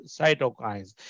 cytokines